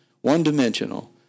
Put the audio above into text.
one-dimensional